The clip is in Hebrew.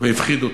והפחיד אותו.